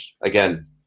again